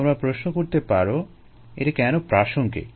তোমরা প্রশ্ন করতে পারে এটি কেন প্রাসঙ্গিক